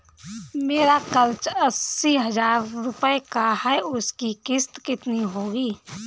मेरा कर्ज अस्सी हज़ार रुपये का है उसकी किश्त कितनी होगी?